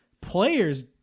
players